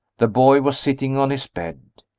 the boy was sitting on his bed.